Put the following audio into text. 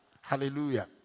Hallelujah